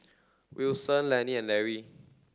Wilson Lennie and Lary